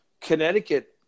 Connecticut